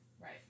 Right